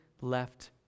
left